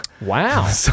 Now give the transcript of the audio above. Wow